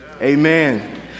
Amen